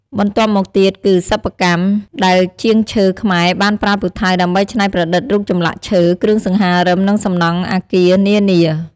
បន្ទាប់មកទៀតគីសិប្បកម្ម ដែលជាងឈើខ្មែរបានប្រើពូថៅដើម្បីច្នៃប្រឌិតរូបចម្លាក់ឈើ គ្រឿងសង្ហារិម និងសំណង់អគារនាៗ។